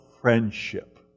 friendship